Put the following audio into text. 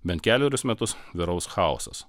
bent kelerius metus vyraus chaosas